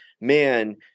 man